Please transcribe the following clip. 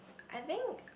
I think